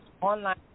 online